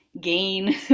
gain